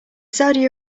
saudi